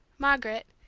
margaret,